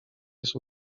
jest